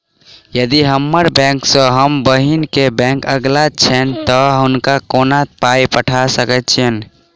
यदि हम्मर बैंक सँ हम बहिन केँ बैंक अगिला छैन तऽ हुनका कोना पाई पठा सकैत छीयैन?